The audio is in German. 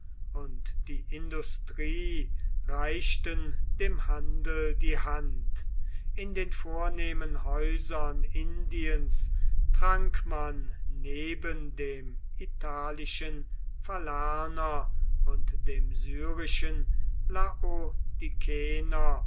und die industrie reichten dem handel die hand in den vornehmen häusern indiens trank man neben dem italischen falerner und dem syrischen